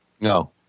No